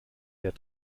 der